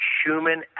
human